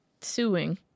suing